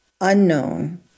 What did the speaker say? unknown